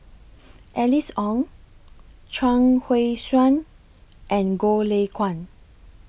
Alice Ong Chuang Hui Tsuan and Goh Lay Kuan